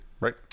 right